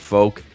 Folk